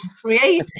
creating